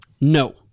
No